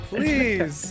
Please